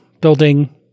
building